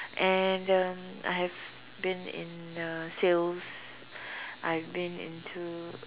and uh I have been in uh sales I've been into